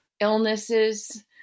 illnesses